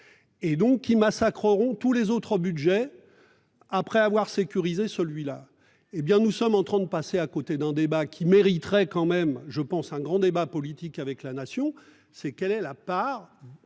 Et donc qui massacrent auront tous les autres, budget. Après avoir sécurisé, celui-là, hé bien nous sommes en train de passer à côté d'un débat qui mériterait quand même je pense un grand débat politique avec la nation, c'est quelle est la part.